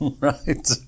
Right